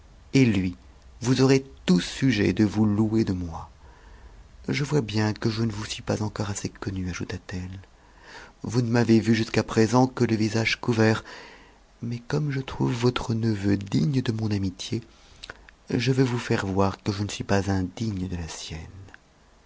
et lui vous aurez tout sujet de vous louer de moi je vois bien que je ne vous suis pas encore assez connue ajouta-t-elle vous ne m'avez vue jusqu'à présent que le visaee couvert mais comme je trouve votre neveu digne de mon amitié je veux vous faire voir que je ne suis pas indigne de la sienne